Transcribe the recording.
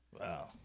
Wow